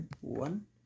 One